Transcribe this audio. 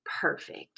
Perfect